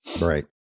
Right